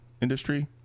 industry